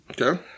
Okay